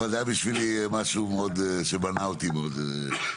אבל זה היה בשבילי משהו שבנה אותי מאוד לעתיד.